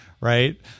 Right